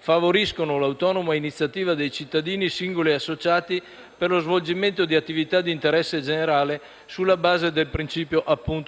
favoriscono l'autonoma iniziativa dei cittadini, singoli e associati, per lo svolgimento di attività interesse generale, sulla base del principio